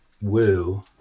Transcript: woo